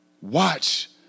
Watch